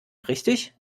richtig